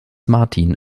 martin